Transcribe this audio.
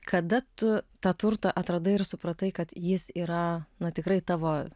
kada tu tą turtą atradai ir supratai kad jis yra na tikrai tavo